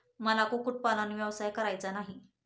मला कुक्कुटपालन व्यवसाय करायचा नाही